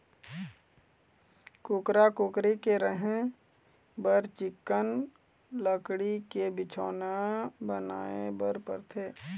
कुकरा, कुकरी के रहें बर चिक्कन लकड़ी के बिछौना बनाए बर परथे